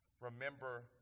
remember